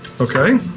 Okay